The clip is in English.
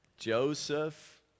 Joseph